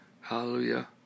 Hallelujah